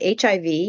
HIV